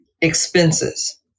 expenses